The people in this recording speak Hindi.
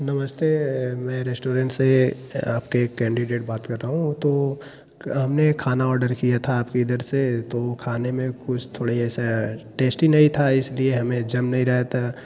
नमस्ते मैं रेस्टोरेंट से आपके कैंडिडेट बात कर रहा हूँ तो हमने खाना ऑर्डर किया था आपके इधर से तो खाने में कुछ थोड़े ऐसा टेस्ट ही नहीं था इसलिए हमें जम नहीं रहा था